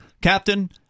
Captain